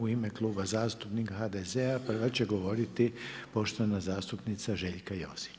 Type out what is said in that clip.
U ime Kluba zastupnika HDZ-a prva će govoriti poštovana zastupnica Željka Josić.